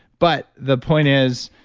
but the point is,